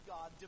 God